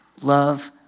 love